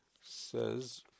Says